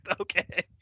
okay